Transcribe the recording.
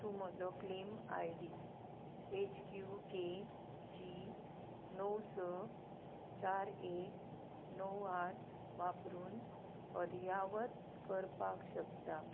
तूं म्हजो claim I D H Q K G णव स चार एक णव आठ वापरून अद्यावत करपाक शकता